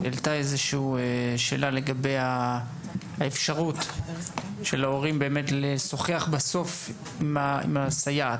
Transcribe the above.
העלתה שאלה לגבי האפשרות של ההורים לשוחח עם הסייעת.